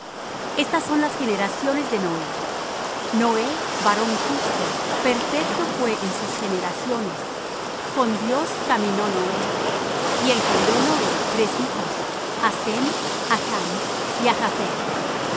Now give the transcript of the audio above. estas son las generaciones de noé noé varón justo perfecto fué en sus generaciones con dios caminó noé y engendró noé tres hijos á sem á chm y